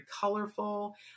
colorful